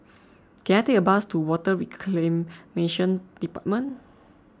can I take a bus to Water Reclamation Department